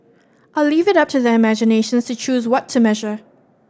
I'll leave it up to their imaginations to choose what to measure